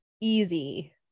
easy